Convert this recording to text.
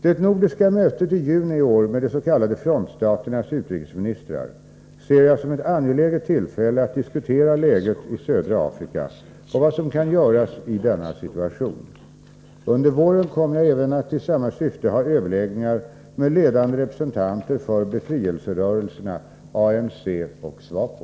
Det nordiska mötet i juni i år med de s.k. frontstaternas utrikesministrar ser jag som ett angeläget tillfälle att diskutera läget i södra Afrika och vad som kan göras i denna situation. Under våren kommer jag även att i samma syfte ha överläggningar med ledande representanter för befrielserörelserna ANC och SWAPO.